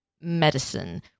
medicine